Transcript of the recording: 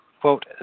quote